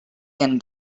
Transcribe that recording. can